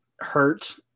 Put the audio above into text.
hurt